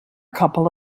couple